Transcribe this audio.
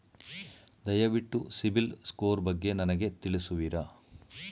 ದಯವಿಟ್ಟು ಸಿಬಿಲ್ ಸ್ಕೋರ್ ಬಗ್ಗೆ ನನಗೆ ತಿಳಿಸುವಿರಾ?